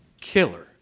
Killer